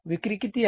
विक्री किती आहे